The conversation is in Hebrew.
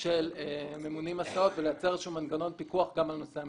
של ממונה על ההסעות ולייצר איזשהו מנגנון פיקוח גם על נושא המכרזים.